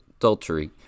adultery